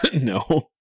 No